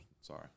sorry